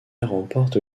remporte